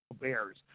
Bears